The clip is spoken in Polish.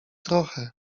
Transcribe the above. trochę